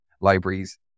libraries